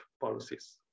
policies